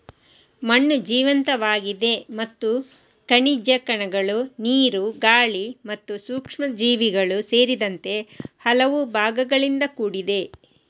ಮಣ್ಣು ಜೀವಂತವಾಗಿದೆ ಮತ್ತು ಖನಿಜ ಕಣಗಳು, ನೀರು, ಗಾಳಿ ಮತ್ತು ಸೂಕ್ಷ್ಮಜೀವಿಗಳು ಸೇರಿದಂತೆ ಹಲವು ಭಾಗಗಳಿಂದ ಕೂಡಿದೆ